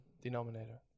denominator